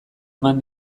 eman